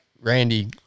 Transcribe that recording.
Randy